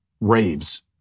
raves